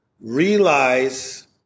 realize